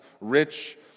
rich